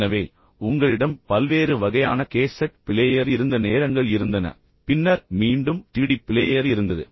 எனவே உங்களிடம் பல்வேறு வகையான கேசட் பிளேயர் இருந்த நேரங்கள் இருந்தன பின்னர் மீண்டும் டிவிடி பிளேயர் இருந்தது